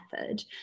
method